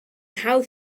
hawdd